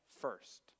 first